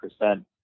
percent